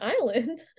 island